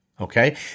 okay